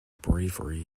bravery